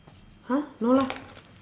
!huh! no lah